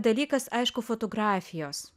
dalykas aišku fotografijos